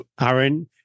Aaron